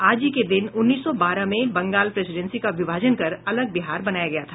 आज ही के दिन उन्नीस सौ बारह में बंगाल प्रेसीडेंसी का विभाजन कर अलग बिहार बनाया गया था